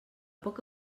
poc